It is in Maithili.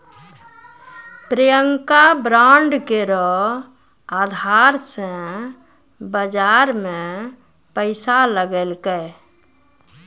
प्रियंका बांड केरो अधार से बाजार मे पैसा लगैलकै